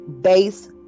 base